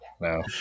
no